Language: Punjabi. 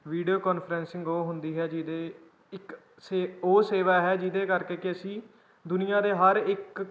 ਵੀਡੀਓ ਕੋਂਨਫਰੈਂਸਿੰਗ ਉਹ ਹੁੰਦੀ ਹੈ ਜਿਹਦੇ ਇੱਕ ਸੇ ਉਹ ਸੇਵਾ ਹੈ ਜਿਹਦੇ ਕਰਕੇ ਕਿ ਅਸੀਂ ਦੁਨੀਆਂ ਦੇ ਹਰ ਇੱਕ